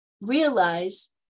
realize